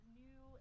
new